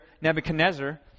Nebuchadnezzar